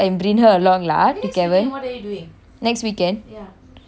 next weekend err actually so far no plan lah why